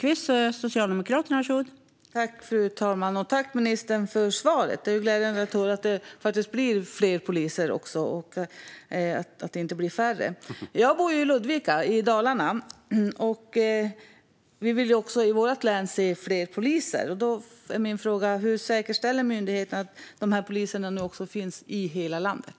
Fru talman! Tack, ministern, för svaret! Det är glädjande att höra att det faktiskt blir fler poliser, inte färre. Jag bor i Ludvika i Dalarna, och i vårt län vill vi se fler poliser. Då blir min fråga: Hur säkerställer myndigheten att det finns poliser i hela landet?